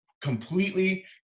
completely